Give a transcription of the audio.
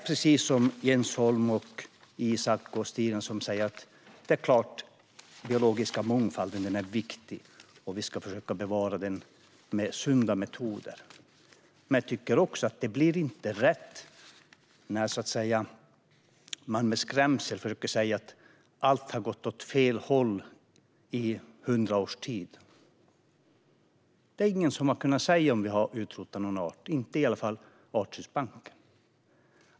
Precis som Jens Holm, Isak och Stina tycker jag att den biologiska mångfalden är viktig, och vi ska försöka bevara den med sunda metoder. Men det blir inte rätt när man försöker skrämmas och säga att allt har gått åt fel håll i 100 års tid. Det är ingen som har kunnat säga att vi har utrotat någon art, i varje fall inte Artdatabanken.